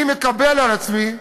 אני מקבל על עצמי,